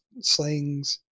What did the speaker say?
slings